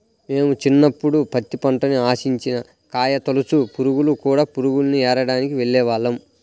మేము చిన్నప్పుడు పత్తి పంటని ఆశించిన కాయతొలచు పురుగులు, కూడ పురుగుల్ని ఏరడానికి వెళ్ళేవాళ్ళం